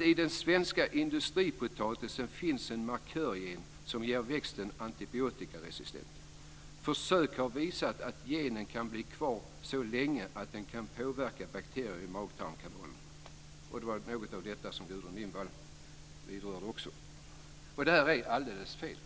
"I den svenska industripotatisen finns det en markörgen som ger växten antibiotikaresistens. Försök har visat att genen kan bli kvar så länge att den kan påverka bakterier i magtarmkanalen." Detta är alldeles fel.